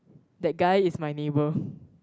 that guy is my neighbour